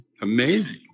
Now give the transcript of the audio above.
amazing